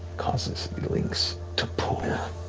causes the links to pull yeah